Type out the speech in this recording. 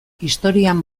historian